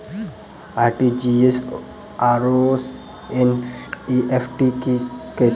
RTGS आओर NEFT की छैक?